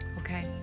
okay